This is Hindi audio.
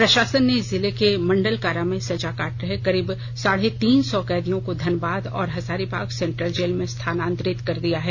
प्रशासन ने जिले के मंडलकारा में सजा काट रहे करीब साढ़े तीन सौ कैदियों को धनबाद और हजारीबाग सेंट्रल जेल में स्थानांतरित कर दिया है